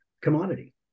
commodity